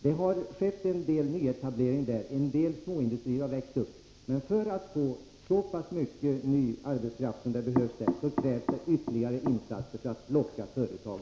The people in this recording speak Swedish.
Det har gjorts en del nyetableringar där, och ett antal småindustrier har växt upp, men för att man skall få så många arbetstillfällen som behövs krävs det ytterligare insatser som kan locka dit företag.